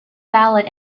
valid